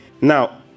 now